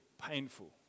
painful